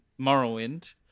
Morrowind